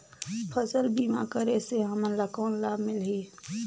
फसल बीमा करे से हमन ला कौन लाभ मिलही?